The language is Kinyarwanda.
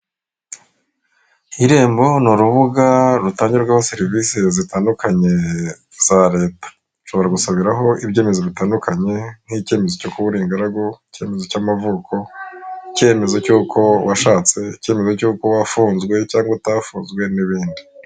Irembo ni urubuga rutangirwaho serivisi zitandukanye za leta, ushobora gusabiraho ibyemezo bitandukanye nk'icyemezo cyo kubura uri ingaragu, icyemezo cy'amavuko, icyemezo cy'uko washatse, icyemezo cy'uko wafunzwe cyangwa utafunzwe n'ibindi.